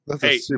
Hey